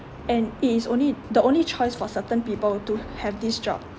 and it is only the only choice for certain people to have this job